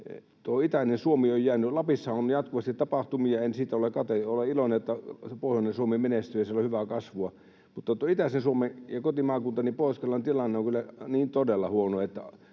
itäinen Suomi on jäänyt... Lapissahan on jatkuvasti tapahtumia. Olen iloinen, että se pohjoinen Suomi menestyy ja siellä on hyvää kasvua, mutta tuo itäisen Suomen ja kotimaakuntani Pohjois-Karjalan tilanne on kyllä todella huono.